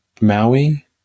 Maui